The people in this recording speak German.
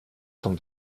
von